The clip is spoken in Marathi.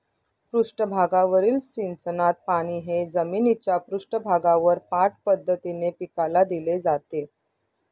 पृष्ठभागावरील सिंचनात पाणी हे जमिनीच्या पृष्ठभागावर पाठ पद्धतीने पिकाला दिले जाते